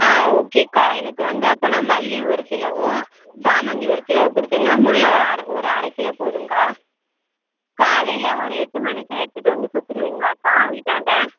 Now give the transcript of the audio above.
ஆ okay அக்கா எனக்கு வந்து அப்போன்னா மல்லி ஒரு கிலோவும் சாமந்தி ஒரு கிலோ கொடுத்துருங்க முல்லை ஒரு அரை ஒரு அரைக்கிலோ போதும்க்கா காலையில ஒரு எட்டு மணிக்கு எடுத்துகிட்டு வந்து கொடுத்துருவீங்களாக்கா வீட்டாண்ட